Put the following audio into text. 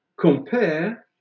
compare